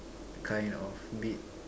kind of beat